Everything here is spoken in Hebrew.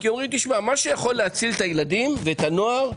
כי אומרים שמה שיכול להציל את הילדים ואת הנוער,